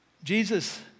Jesus